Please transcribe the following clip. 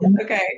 okay